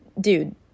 dude